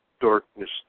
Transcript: darkness